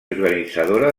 organitzadora